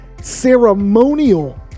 ceremonial